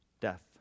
death